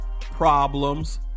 problems